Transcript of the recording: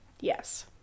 Yes